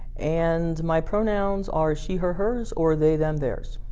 and my pronouns are she her hers or they them theirs.